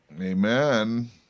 Amen